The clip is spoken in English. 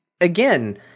again